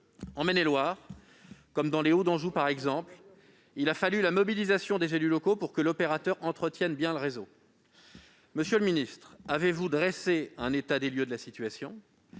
En Maine-et-Loire, dans Les Hauts d'Anjou, il a fallu la mobilisation des élus locaux pour que l'opérateur entretienne correctement le réseau. Monsieur le ministre, avez-vous dressé un état des lieux de la situation ?